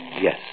Yes